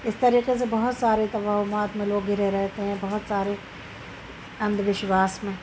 اس طریقے سے بہت سارے توہمات میں لوگ گھرے رہتے ہیں بہت ساری اندھ وشواس میں